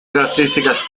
características